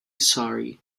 sorry